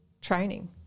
training